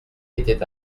était